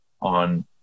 on